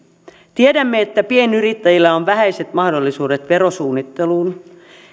tiedämme että pienyrittäjillä on vähäiset mahdollisuudet verosuunnitteluun